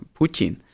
Putin